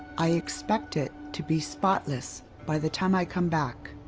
i expect it to be spotless by the time i come back.